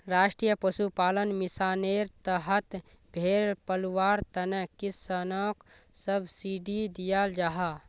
राष्ट्रीय पशुपालन मिशानेर तहत भेड़ पलवार तने किस्सनोक सब्सिडी दियाल जाहा